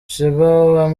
sheebah